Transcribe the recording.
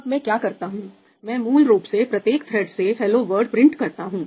अब मैं क्या करता हूं मैं मूल रूप से प्रत्येक थ्रेड से हेलो वर्ल्ड प्रिंट करता हूं